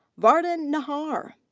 vardhan nahar.